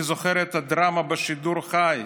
אני זוכר את הדרמה בשידור חי.